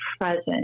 present